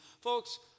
Folks